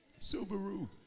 Subaru